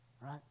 right